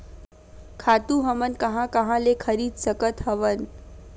खातु हमन कहां कहा ले खरीद सकत हवन?